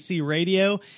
radio